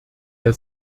der